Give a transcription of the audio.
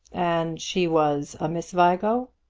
and she was a miss vigo?